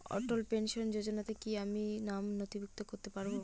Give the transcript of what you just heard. অটল pension যোজনাতে কি আমি নাম নথিভুক্ত করতে পারবো?